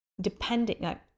depending